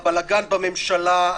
הבלגאן בממשלה,